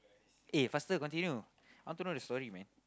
eh faster continue I want to know the story man